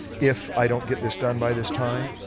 if i don't get this done by this time,